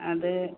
അത്